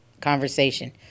conversation